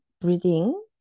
breathing